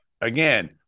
again